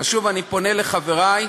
שוב אני פונה לחברי,